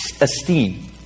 esteem